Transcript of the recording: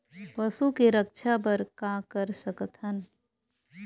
पशु के रक्षा बर का कर सकत हन?